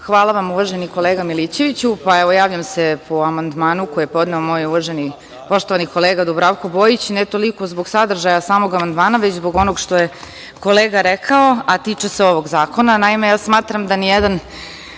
Hvala uvaženi kolega Milićeviću. Javljam se po amandmanu koji je podneo moj poštovani kolega Dubravko Bojić ne toliko zbog sadržaja samog amandmana, već zbog onog što je kolega rekao, a tiče se ovog zakona. Naime,